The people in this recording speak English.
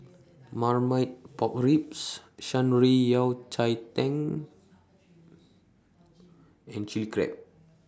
Marmite Pork Ribs Shan Rui Yao Cai Tang and Chilli Crab